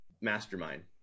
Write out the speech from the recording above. Mastermind